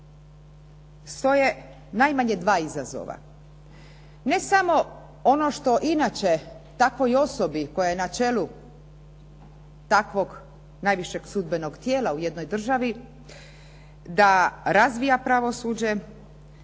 stoje najmanje 2 izazova. Ne samo ono što inače takvoj osobi koja je na čelu takvog najvišeg sudbenog tijela u jednoj državi da razvija pravosuđe,